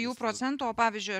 jų procento o pavyzdžiui